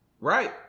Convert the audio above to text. Right